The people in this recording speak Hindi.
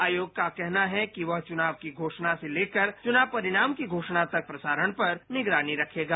आयोग का कहना है कि वह चुनाव की घोषणा से लेकर चुनाव परिणाम की घोषणा तक प्रसारण पर निगरानी रखेगा